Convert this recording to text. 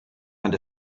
had